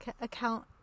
account